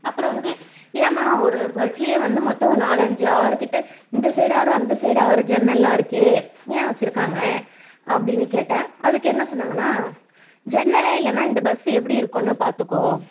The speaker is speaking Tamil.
அப்புறம் வந்து ஏம்மா ஒரு பஸ்லேயே வந்து மொத்தம் நாலு அஞ்சு ஆறு கிட்டே இந்த சைடு ஆறு அந்த சைடு ஆறு ஜன்னெல்லாம் இருக்கே ஏன் வச்சுருக்காங்க அப்படின்னு கேட்டேன் அதுக்கு என்ன சொன்னாங்கன்னால் ஜன்னலே இல்லைனா இந்த பஸ்ஸு எப்படி இருக்கும்னு பார்த்துக்கோ